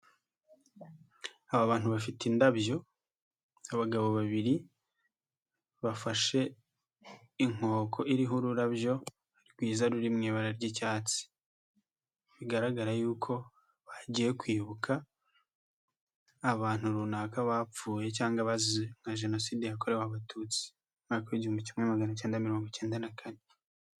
Aba bantu bafite indabyo, abagabo babiri bafashe inkoko iriho ururabyo, rwiza ruri mu ibara ry'icyatsi, bigaragara yuko bagiye kwibuka abantu runaka bapfuye cyangwa abazize nka Jenoside yakorewe Abatutsi mu mwaka w'igihumbi kimwe magana cyenda mirongo icyenda na kane.